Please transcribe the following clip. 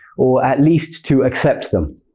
or at least to accept them.